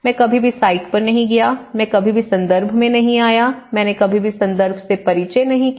मैं कभी भी साइट पर नहीं गया मैं कभी भी संदर्भ में नहीं था मैंने कभी भी संदर्भ से परिचय नहीं किया